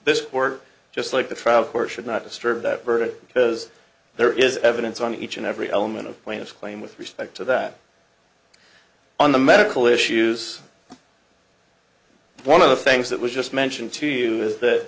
this court just like the trial for should not disturb that verdict because there is evidence on each and every element of plaintiff's claim with respect to that on the medical issues one of the things that was just mentioned to you is that